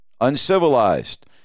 uncivilized